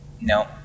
No